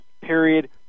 period